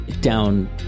down